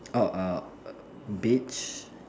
oh err beige